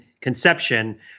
conception